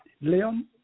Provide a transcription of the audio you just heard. Leon